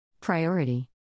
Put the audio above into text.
Priority